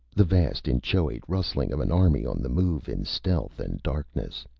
the vast inchoate rustling of an army on the move in stealth and darkness.